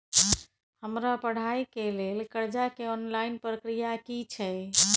हमरा पढ़ाई के लेल कर्जा के ऑनलाइन प्रक्रिया की छै?